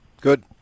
Good